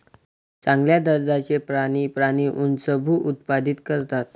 चांगल्या दर्जाचे प्राणी प्राणी उच्चभ्रू उत्पादित करतात